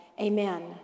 amen